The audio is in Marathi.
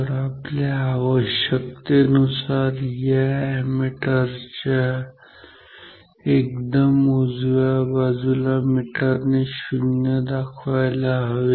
तर आपल्या आवश्यकतेनुसार या अॅमीटर च्या एकदम उजव्या बाजूला मीटरने 0 मूल्य दर्शवायला हवे